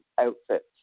outfits